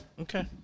Okay